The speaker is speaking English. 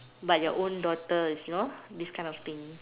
but your own daughter is you know this kind of thing